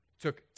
took